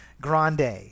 Grande